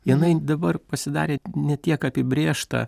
jinai dabar pasidarė ne tiek apibrėžta